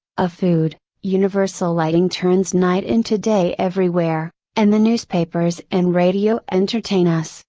of food, universal lighting turns night into day everywhere, and the newspapers and radio entertain us,